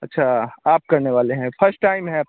अच्छा आप करने वाले हैं फर्स्ट टाइम है